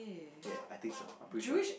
ya I think so I'm pretty sure